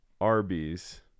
Arby's